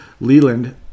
Leland